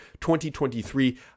2023